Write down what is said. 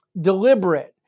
deliberate